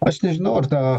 aš nežinau ar tą